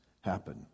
happen